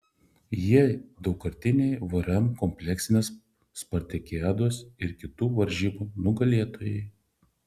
jie daugkartiniai vrm kompleksinės spartakiados ir kitų varžybų nugalėtojai